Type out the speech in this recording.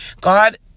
god